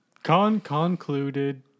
Con-concluded